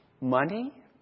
money